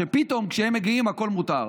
שפתאום כשהם מגיעים הכול מותר,